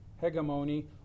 hegemony